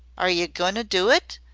are yer goin' to do it?